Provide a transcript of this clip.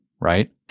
right